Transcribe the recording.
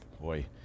Boy